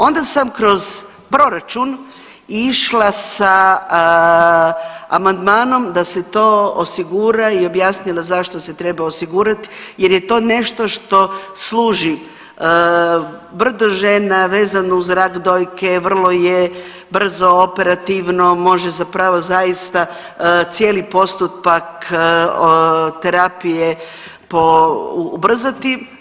Onda sam kroz proračun išla sa amandmanom da se to osigura i objasnila zašto se treba osigurat jer je to nešto što služi brdo žena, vezano uz rak dojke, vrlo je brzo operativno može zapravo zaista cijeli postupak terapije ubrzati.